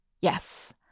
Yes